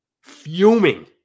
fuming